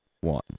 one